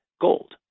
gold